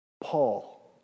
Paul